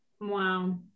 wow